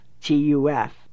T-U-F